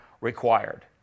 required